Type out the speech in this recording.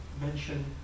mention